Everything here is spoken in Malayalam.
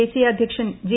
ദേശീയ അധ്യക്ഷൻ ജെ